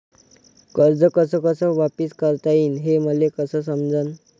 कर्ज कस कस वापिस करता येईन, हे मले कस समजनं?